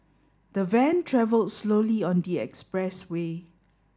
the van travelled slowly on the expressway